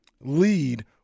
lead